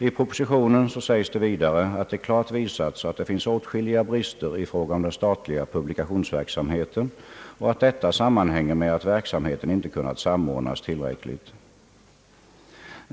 I propositionen sägs vidare att det klart visats att det finns åtskilliga brister i fråga om den statliga publikationsverksamheten och att detta sammanhänger med att verksamheten inte kunnat samordnas tillräckligt.